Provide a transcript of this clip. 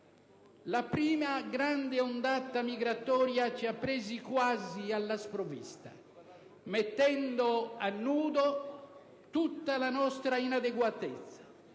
La prima grande ondata migratoria ci ha colti quasi alla sprovvista, mettendo a nudo tutta la nostra inadeguatezza,